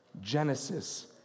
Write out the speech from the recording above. Genesis